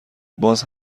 باز